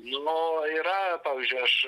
nu yra pavyzdžiui aš